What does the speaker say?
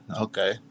Okay